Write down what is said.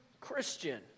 Christian